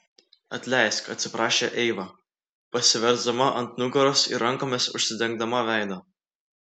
atleisk atsiprašė eiva pasiversdama ant nugaros ir rankomis užsidengdama veidą